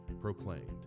proclaimed